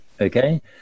okay